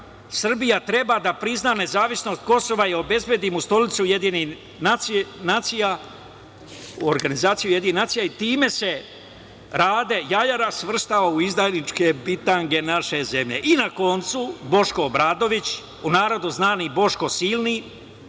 Srbija treba da prizna nezavisnost Kosova i obezbedi mu stolicu u organizaciji UN i time se Rade jajara svrstao u izdajničke bitange naše zemlje. Na kraju, Boško Obradović, u narodu znani Boško silni,